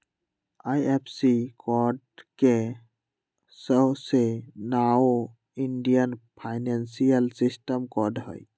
IFSC code के सऊसे नाओ इंडियन फाइनेंशियल सिस्टम कोड हई